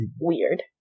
weird